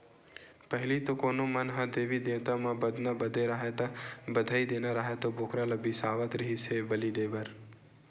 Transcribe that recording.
पहिली तो कोनो मन ह देवी देवता म बदना बदे राहय ता, बधई देना राहय त बोकरा ल बिसावत रिहिस हे बली देय बर